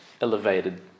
elevated